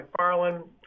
McFarland